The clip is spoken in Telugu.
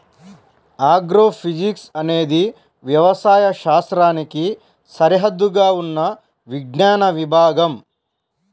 ఆగ్రోఫిజిక్స్ అనేది వ్యవసాయ శాస్త్రానికి సరిహద్దుగా ఉన్న విజ్ఞాన విభాగం